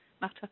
matter